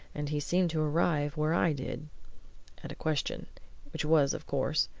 and he seemed to arrive where i did at a question which was, of course,